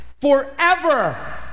forever